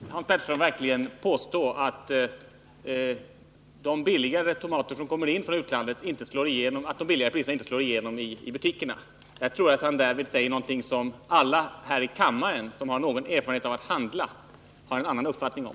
Fru talman! Vill Hans Pettersson i Helsingborg verkligen påstå att de lägre priserna på tomater som kommer in från utlandet inte slår igenom i butikerna? Jag tror att han därmed säger någonting som alla här i kammaren som har någon erfarenhet av att handla har en annan uppfattning om.